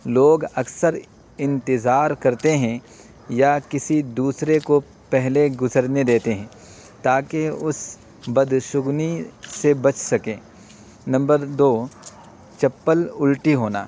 لوگ اکثر انتظار کرتے ہیں یا کسی دوسرے کو پہلے گزرنے دیتے ہیں تاکہ اس بدشگونی سے بچ سکیں نمبر دو چپل الٹی ہونا